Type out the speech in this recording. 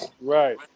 Right